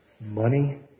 money